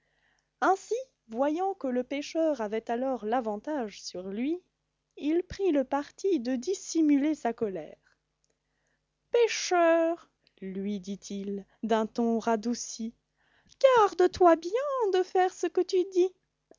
ainsi voyant que le pêcheur avait alors l'avantage sur lui il prit le parti de dissimuler sa colère pêcheur lui ditil d'un ton radouci garde-toi bien de faire ce que tu dis